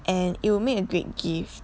and it will make a great gift